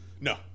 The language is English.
no